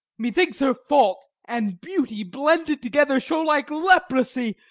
methinks her fault and beauty, blended together, show like leprosy,